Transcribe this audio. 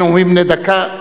אלה נאומים בני דקה.